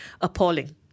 Appalling